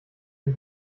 dem